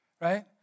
right